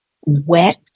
wet